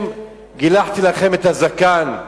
גילחתי לכם את הזקן.